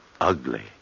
ugly